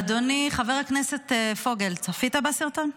אדוני, חבר הכנסת פוגל, צפית בסרטון?